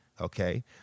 okay